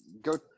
go